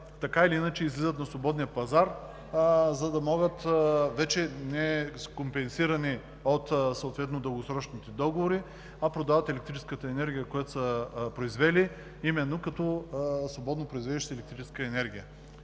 така или иначе излизат на свободния пазар, за да могат вече не като част от дългосрочните договори, а да продават електрическата енергия, която са произвели, именно като свободно произвеждащи електрическа енергия.